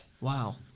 Wow